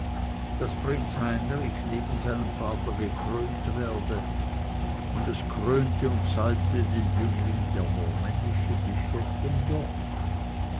daß prinz heinrich neben seinem vater gekrönt werde und es krönte und salbte den jüngling der normännische bischof von york